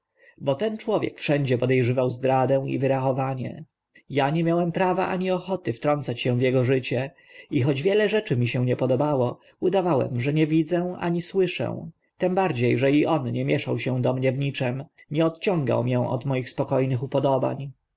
bo ten człowiek wszędzie pode rzywał zdradę i wyrachowanie ja nie miałem prawa ani ochoty wtrącać się w ego życie i choć wiele rzeczy mi się nie podobało udawałem że nie widzę ani słyszę tym bardzie że i on nie mieszał się do mnie w niczym nie odciągał mię od moich spoko nych upodobań